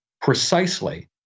precisely